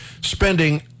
spending